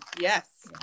Yes